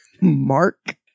Mark